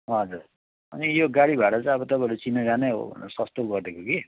हजुर अनि यो गाडी भाडा चाहिँ अब तपाईँहरू चिनाजाना हो सस्तो गरिदिएको कि